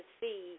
see